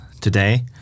today